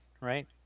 right